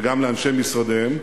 וגם לאנשי משרדיהם.